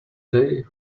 day